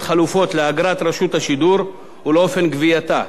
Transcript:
חלופות לאגרת רשות השידור ולאופן גבייתה,